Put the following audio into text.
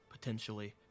Potentially